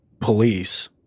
police